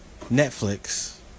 Netflix